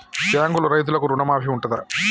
బ్యాంకులో రైతులకు రుణమాఫీ ఉంటదా?